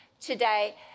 today